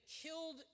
killed